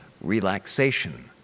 relaxation